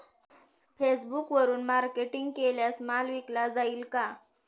फेसबुकवरुन मार्केटिंग केल्यास माल विकला जाईल का?